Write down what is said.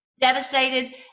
devastated